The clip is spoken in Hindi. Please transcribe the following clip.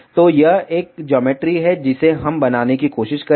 तो यह एक ज्योमेट्री है जिसे हम बनाने की कोशिश करेंगे